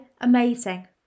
amazing